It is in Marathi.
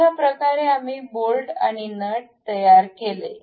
अशाप्रकारे आम्ही बोल्ट आणि नट तयार केले